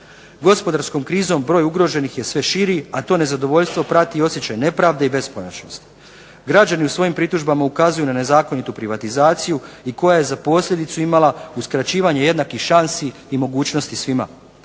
Gospodarskom krizom broj ugroženih je sve širi, a to nezadovoljstvo prati osjećaj nepravde i beskonačnosti. Građani u svojim pritužbama ukazuju na nezakonitu privatizaciju i koja je za posljedicu imala uskraćivanje jednakih šansi i mogućnosti svima.